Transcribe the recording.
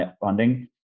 funding